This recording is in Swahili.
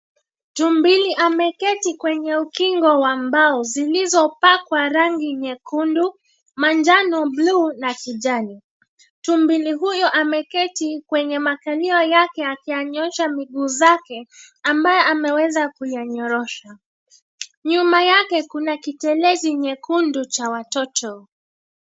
Tumbili ameketi kwenye ukingo wa mbao zilizopakwa rangi nyekundu, manjano, bluu na kijani, tumbili huyo ameketi kwenye makalio yake akiyanyoosha miguu zake, ambaye ameweza kuyanyorosha, nyuma yake kuna kitelezi nyekundu cha watoto.